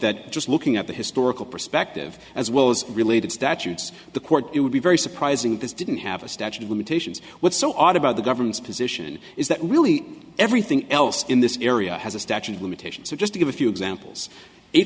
that just looking at the historical perspective as well as related statutes the court it would be very surprising that this didn't have a statute of limitations what's so odd about the government's position is that really everything else in this area has a statute of limitations so just to give a few examples e